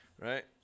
right